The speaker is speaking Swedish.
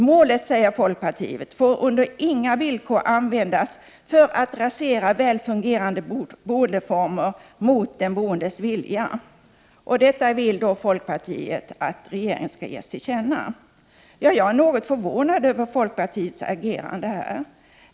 Målet, säger folkpartiet, får under inga villkor användas för att rasera väl fungerande boendeformer mot den boendes vilja. Detta vill folkpartiet att regeringen skall ges till känna. Jag är något förvånad över folkpartiets agerande här.